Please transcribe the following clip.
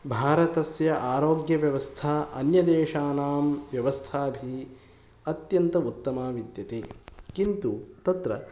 भारतस्य आरोग्यव्यवस्था अन्यदेशानां व्यवस्थाभिः अत्यन्त उत्तमा विद्यते किन्तु तत्र